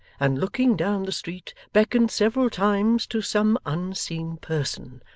and looking down the street beckoned several times to some unseen person,